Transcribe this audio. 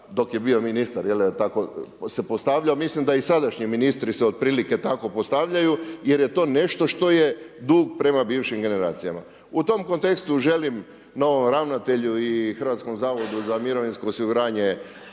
dok je bio ministar, tako se postavljao, mislim da i sadašnji ministri se otprilike tako postavljaju, jer je to nešto što je dug prema bivšim generacijama. U tom kontekstu želim novom ravnatelju i HZMO još bolje uvijete rada